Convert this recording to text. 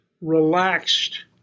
relaxed